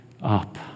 up